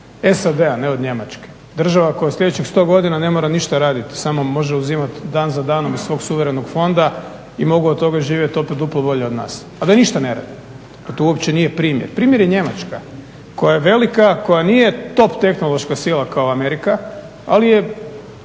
SAD-a ne od Njemačke, država koja u sljedećih 100 godina ne moram ništa raditi, samo može uzimati dan za danom iz svog suverenog fonda i mogu od toga živjeti opet duplo bolje od nas, a da ništa ne rade. To uopće nije primjer, primjer je Njemačka koja je velika koja nije top tehnološka sila kao Amerika ali je